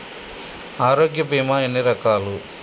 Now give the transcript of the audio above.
ఆరోగ్య బీమా ఎన్ని రకాలు?